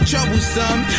Troublesome